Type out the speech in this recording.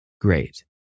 Great